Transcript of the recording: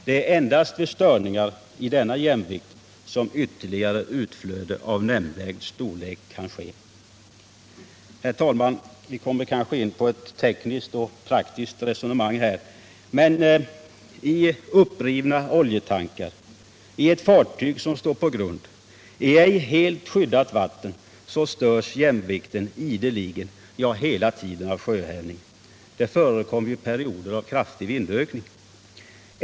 Det är endast vid störningar i denna jämvikt som ytterligare utflöde av nämnvärd storlek kan ske.” Herr talman! Vi kommer kanske in på ett tekniskt och praktiskt resonemang här, men i upprivna oljetankar i ett fartyg som står på grund i ej helt skyddat vatten störs jämvikten ideligen, ja, hela tiden av sjöhävning. Det förekom ju perioder av kraftig vindökning.